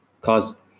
Cause